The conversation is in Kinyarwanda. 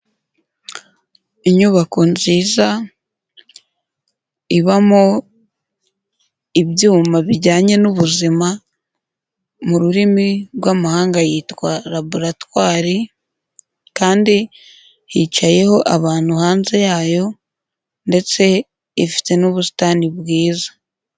Inyubako nziza ibamo ibyuma bijyanye n'ubuzima mu rurimi rwamahanga yitwa rabaratwari kandi hicayeho abantu hanze yayo ndetse ifite n'ubusitani bwiza.